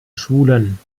schulen